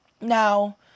Now